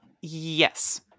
Yes